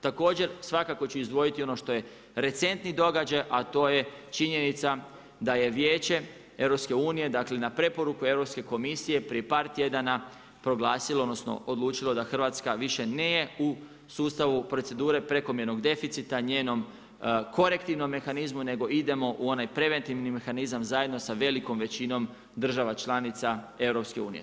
Također, svakako ću izdvojiti ono što je recentni događaj, a to je činjenica da je Vijeće EU-a, dakle na preporuku Europske komisije prije par tjedana proglasilo, odnosno odlučilo da Hrvatska nije u sustavu procedure prekomjernog deficita njenom korektivnom mehanizmu, nego idemo u ovaj preventivni mehanizam, zajedno sa velikom većinom država članica EU-a.